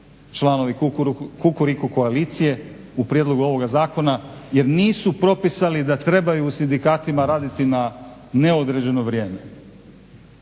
članovi Kukuriku koalicije u prijedlogu ovoga zakona, jer nisu propisali da trebaju u sindikatima raditi na neodređeno vrijeme.